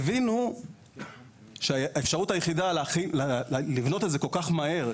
הבינו שהאפשרות היחידה לבנות את זה כל כך מהר,